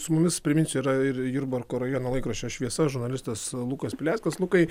su mumis priminsiu yra ir ir jurbarko rajono laikraščio šviesa žurnalistas lukas pileckas lukai